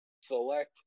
select